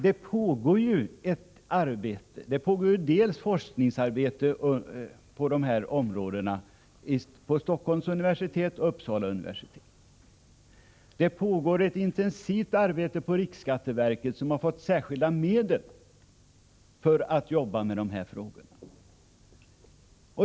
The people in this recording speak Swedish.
Det pågår ju dels forskningsarbete på de här områdena vid Stockholms universitet och Uppsala universitet, dels ett intensivt arbete på riksskatteverket, som har fått särskilda medel för att jobba med frågorna.